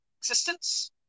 Existence